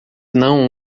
não